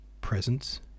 presence